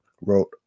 wrote